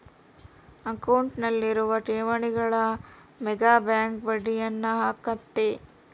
ಅಕೌಂಟ್ನಲ್ಲಿರುವ ಠೇವಣಿಗಳ ಮೇಗ ಬ್ಯಾಂಕ್ ಬಡ್ಡಿಯನ್ನ ಹಾಕ್ಕತೆ